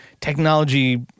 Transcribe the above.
technology